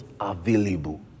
available